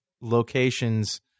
locations